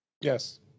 Yes